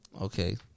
Okay